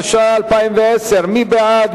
התש"ע 2010. מי בעד?